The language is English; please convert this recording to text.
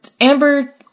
amber